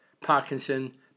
Parkinson